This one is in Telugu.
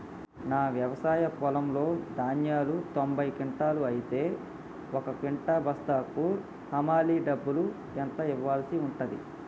నా వ్యవసాయ పొలంలో ధాన్యాలు తొంభై క్వింటాలు అయితే ఒక క్వింటా బస్తాకు హమాలీ డబ్బులు ఎంత ఇయ్యాల్సి ఉంటది?